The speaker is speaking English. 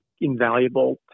invaluable